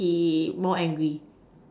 see more angry